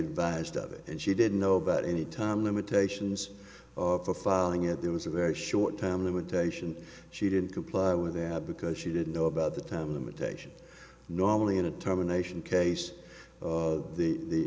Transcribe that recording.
advised of it and she didn't know about any time limitations or for filing it there was a very short time limitation she didn't comply with because she didn't know about the time limitations normally in a terminations case the